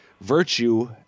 virtue